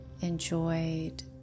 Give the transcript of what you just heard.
enjoyed